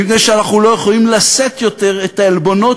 מפני שאנחנו לא יכולים לשאת יותר את העלבונות